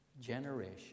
generation